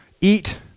eat